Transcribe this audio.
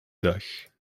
dag